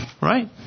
Right